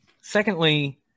Secondly